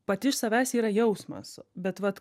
pati iš savęs ji yra jausmas bet vat